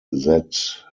that